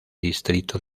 distrito